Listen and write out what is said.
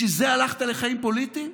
בשביל זה הלכת לחיים פוליטיים?